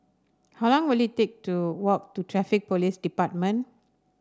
how long will it take to walk to Traffic Police Department